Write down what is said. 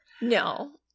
no